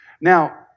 Now